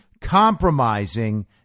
compromising